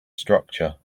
structure